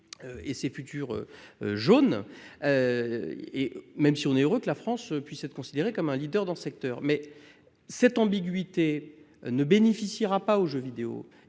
et nous sommes heureux que la France puisse être considérée comme un leader dans le secteur. Mais cette ambiguïté ne bénéficiera pas aux jeux vidéo